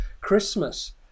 Christmas